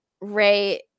Ray